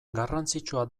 garrantzitsua